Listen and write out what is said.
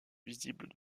visible